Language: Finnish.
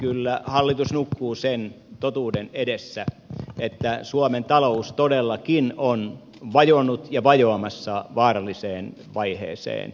kyllä hallitus nukkuu sen totuuden edessä että suomen talous todellakin on vajonnut ja on vajoamassa vaaralliseen vaiheeseen